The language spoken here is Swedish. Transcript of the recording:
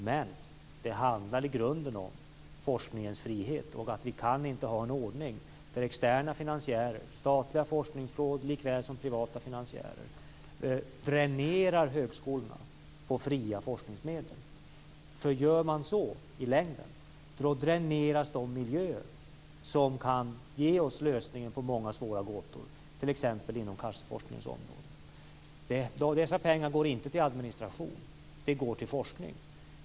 Men det handlar i grunden om forskningens frihet och att vi inte kan ha en ordning för externa finansiärer, statliga forskningsråd likaväl som privata finansiärer, som dränerar högskolorna på fria forskningsmedel. Gör man så i längden dräneras de miljöer som kan ge oss lösningen på många svåra gåtor, t.ex. inom cancerforskningens område. Dessa pengar går inte till administration. De går till forskning.